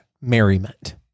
merriment